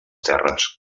terres